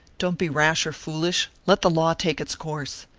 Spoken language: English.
don't be rash or foolish let the law take its course.